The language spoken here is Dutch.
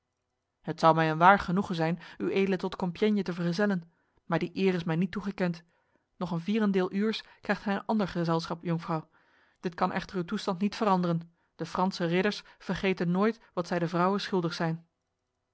het zou mij een waar genoegen zijn uedele tot compiègne te vergezellen maar die eer is mij niet toegekend nog een vierendeel uurs krijgt gij een ander gezelschap jonkvrouw dit kan echter uw toestand niet veranderen de franse ridders vergeten nooit wat zij de vrouwen schuldig zijn